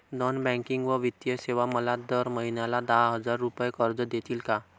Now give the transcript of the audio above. Non banking व वित्तीय सेवा मला दर महिन्याला दहा हजार रुपये कर्ज देतील का?